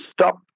stop